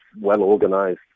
well-organized